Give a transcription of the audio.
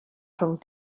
rhwng